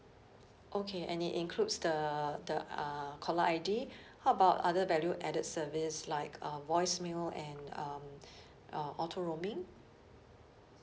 okay and it includes the the uh caller I_D how about other value added service like um voicemail and um uh auto roaming